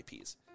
IPs